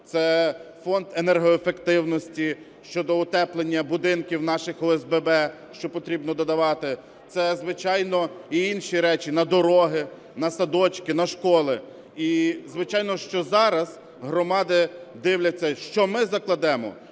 це Фонд енергоефективності щодо утеплення будинків наших ОСББ, що потрібно додавати. Це, звичайно, і інші речі: на дороги, на садочки, на школи. І звичайно, що зараз громади дивляться, що ми закладемо,